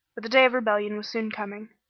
but the day of rebellion was soon coming.